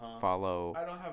Follow